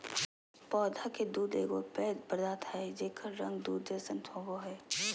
पौधा के दूध एगो पेय पदार्थ हइ जेकर रंग दूध जैसन होबो हइ